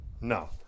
no